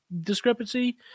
discrepancy